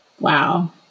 wow